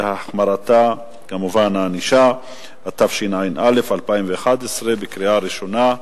והחמרת הענישה), התשע"א 2011, בקריאה ראשונה.